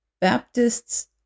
baptists